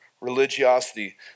religiosity